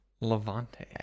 Levante